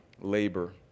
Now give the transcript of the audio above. labor